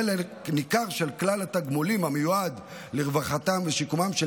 חלק ניכר מכלל התגמולים המיועדים לרווחתם ושיקומם של